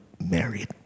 married